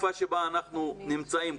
בתקופה בה אנחנו נמצאים,